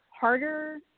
harder